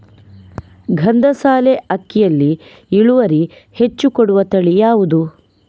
ಗಂಧಸಾಲೆ ಅಕ್ಕಿಯಲ್ಲಿ ಇಳುವರಿ ಹೆಚ್ಚು ಕೊಡುವ ತಳಿ ಯಾವುದು?